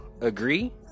agree